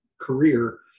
career